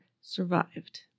survived